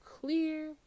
clear